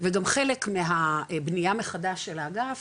וגם חלק מהבנייה מחדש של האגף,